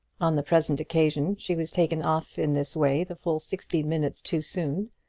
on the present occasion she was taken off in this way the full sixty minutes too soon,